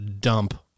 dump